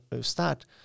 start